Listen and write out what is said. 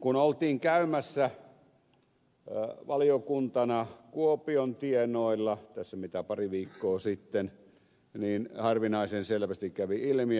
kun olimme käymässä valiokuntana kuopion tienoilla tässä pari viikkoa sitten niin harvinaisen selvästi kävi ilmi